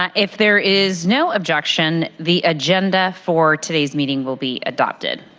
um if there is no objection, the agenda for today's meeting will be adopted.